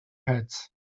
heads